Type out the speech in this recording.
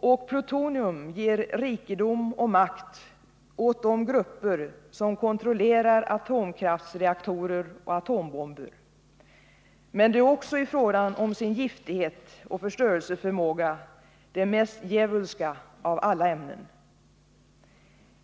Och plutonium ger rikedom och makt åt de grupper som kontrollerar atomkraftsreaktorer och atombomber, men det är också i fråga om giftighet och förstörelseförmåga det mest djävulska av alla ämnen.